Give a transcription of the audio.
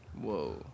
whoa